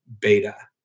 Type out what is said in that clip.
beta